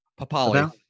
Papali